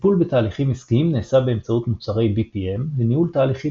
הטיפול בתהליכים עסקיים נעשה באמצעות מוצרי BPM לניהול תהליכים